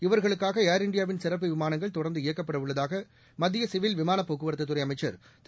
இவர்களுக்காக ஏர் இந்தியாவின் சிறப்பு விமானங்கள் தொடர்ந்து இயக்கப்பட உள்ளதாக மத்திய சிவில் விமானப் போக்குவரத்துத்துறை அமைச்சள் திரு